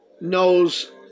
knows